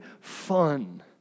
fun